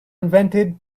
invented